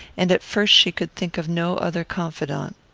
and at first she could think of no other confidant.